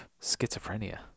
schizophrenia